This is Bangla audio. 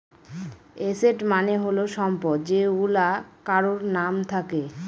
এসেট মানে হল সম্পদ যেইগুলা কারোর নাম থাকে